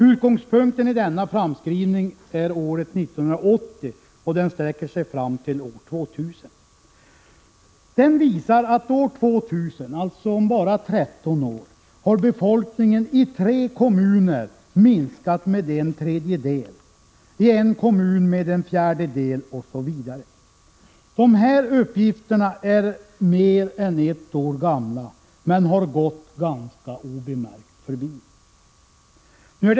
Utgångspunkten i denna framskrivning är året 1980, och den sträcker sig fram till år 2000. Den visar att år 2000, dvs. om bara 13 år, har befolkningen i tre kommuner minskat med en tredjedel, i en kommun med en fjärdedel osv. Dessa uppgifter är mer än ett år gamla, men de har gått ganska obemärkt förbi.